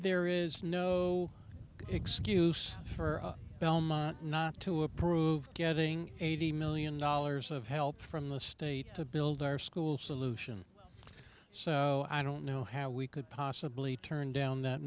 there is no excuse for not to approve getting eighty million dollars of help from the state to build our school solution so i don't know how we could possibly turn down that